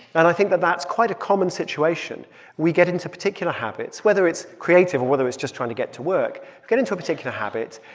and i think that that's quite a common situation we get into particular habits, whether it's creative or whether it's just trying to get to work we get into a particular habit.